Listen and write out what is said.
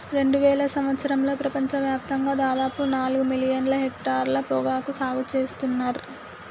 రెండువేల సంవత్సరంలో ప్రపంచ వ్యాప్తంగా దాదాపు నాలుగు మిలియన్ల హెక్టర్ల పొగాకు సాగు సేత్తున్నర్